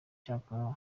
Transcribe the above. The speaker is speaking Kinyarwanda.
cyakora